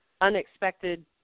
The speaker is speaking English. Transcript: unexpected